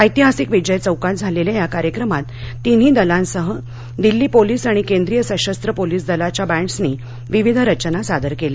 ऐतिहासिक विजय चौकात झालेल्या या कार्यक्रमात तिन्ही दलांसह दिल्ली पोलीस आणि केंद्रीय सशस्त्र पोलीस दलाच्या बँडसनी विविध रचना सादर केल्या